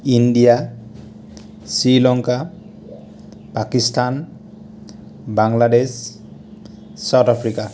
India Sri Lanka Pakistan Bangladesh south Africa